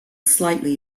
slightly